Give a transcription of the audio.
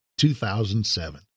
2007